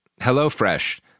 HelloFresh